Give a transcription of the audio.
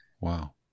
Wow